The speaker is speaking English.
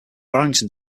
barrington